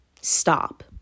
Stop